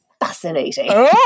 fascinating